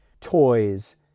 toys